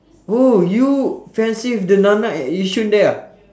oh you fiancee the nana at yishun there ah